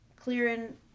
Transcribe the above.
clearing